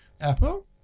Apple